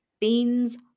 beans